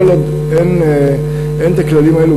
כל עוד אין הכללים האלו,